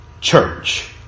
church